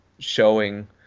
Showing